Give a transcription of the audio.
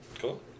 Cool